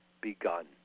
begun